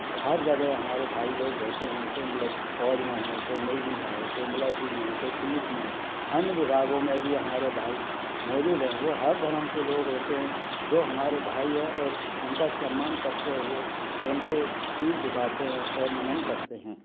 हर जगह हमारे भाई लोग रहते हैं कोई मलैट फौज में है कोई नेव्ही में है कोई मलैटरी में है कोई पुलिस में है अन्य विभागों में भी हमारे भाई मौजूद हैं वो हर धरम के लोग होते हैं जो हमारे भाई हैं और उनका सम्मान करते हुए उनको सिर झुकाते हैं और नमन करते हैं